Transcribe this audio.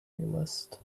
playlist